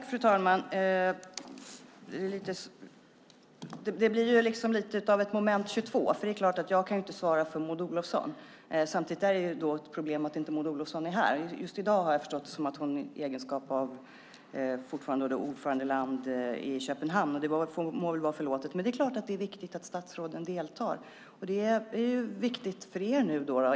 Fru talman! Det blir något av ett moment 22. Jag kan naturligtvis inte svara för Maud Olofsson. Det är ju ett problem att Maud Olofsson inte är här. Jag har förstått att hon just i dag är i Köpenhamn. Det må vara henne förlåtet. Det är klart att det är viktigt att statsråden deltar. Det är ju viktigt för er.